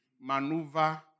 Maneuver